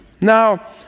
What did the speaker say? Now